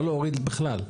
לא להוריד בכלל.